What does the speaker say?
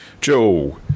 Joe